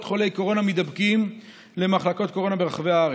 חולי קורונה מידבקים למחלקות קורונה ברחבי הארץ.